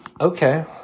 okay